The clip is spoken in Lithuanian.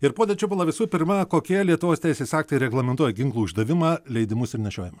ir pone čiupala visų pirma kokie lietuvos teisės aktai reglamentuoja ginklų išdavimą leidimus ir nešiojimą